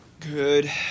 Good